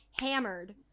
hammered